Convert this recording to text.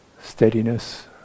steadiness